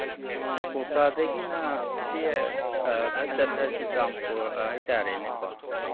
ꯑ ꯀꯣꯛꯇꯥꯒꯗꯤꯅ ꯍꯧꯖꯤꯛꯀꯤ ꯈꯔ ꯆꯠꯊꯔ ꯆꯨꯔꯆꯥꯟꯄꯨꯔ ꯍꯥꯏ ꯇꯥꯔꯦꯅꯦꯀꯣ